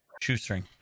Shoestring